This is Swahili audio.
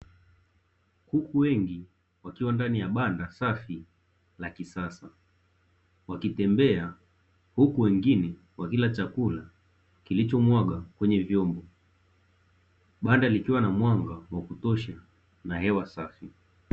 Kuku wengi wakiwa ndani ya banda safi la kisasa, wakitembea huku wengine wakiwa chakula kilichomwagwa kwenye vyombo, banda likiwa na mwanga wa kutosha, na hewa safi.